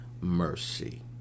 mercy